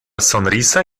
sonrisa